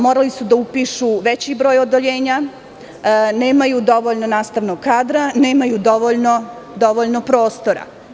Morali su da upišu veći broj odeljenja, nemaju dovoljno nastavnog kadra, nemaju dovoljno prostora.